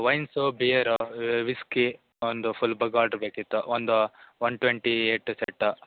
veins beer whisky ಒಂದು full ಬಗ್ order ಬೇಕಿತ್ತು ಒಂದು one twenty A to Z